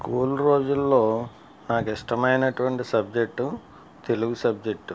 school రోజుల్లో నాకు ఇష్టమైనటువంటి సబ్జెక్టు తెలుగు సబ్జెక్టు